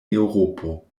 eŭropo